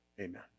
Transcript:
Amen